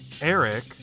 Eric